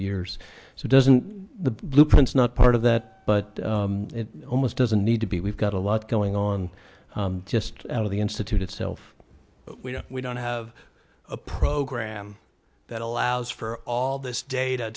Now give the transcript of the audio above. years so doesn't the blueprints not part of that but it almost doesn't need to be we've got a lot going on just out of the institute itself we don't we don't have a program that allows for all this data